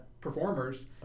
performers